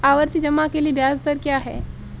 आवर्ती जमा के लिए ब्याज दर क्या है?